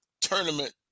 tournament